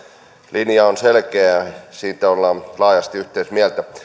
linja on selkeä siitä ollaan laajasti yhteistä mieltä